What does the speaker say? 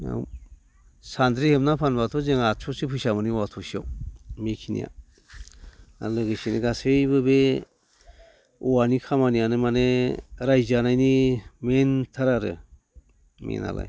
सानद्रि हेबना फानबाथ' जों आदस'सो फैसा मोनो औवा थसेयाव बेखिनिया आरो लोगोसेनो गासैबो बे औवानि खामानियानो माने रायजो जानायनि मैनथार आरो मेनआलाय